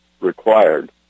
required